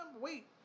wait